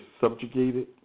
subjugated